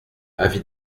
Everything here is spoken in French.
avis